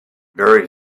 very